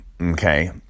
okay